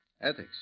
Ethics